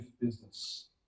business